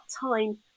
time